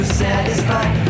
satisfied